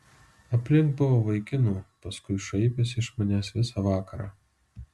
aplink buvo vaikinų paskui šaipėsi iš manęs visą vakarą